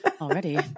already